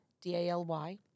D-A-L-Y